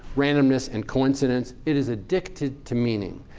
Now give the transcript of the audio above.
randomness, and coincidence. it is addicted to meaning.